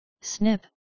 snip